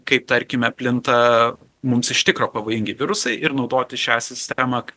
kaip tarkime plinta mums iš tikro pavojingi virusai ir naudoti šią sistemą